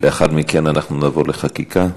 לאחר מכן נעבור לחקיקה.